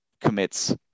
commits